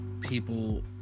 people